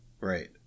Right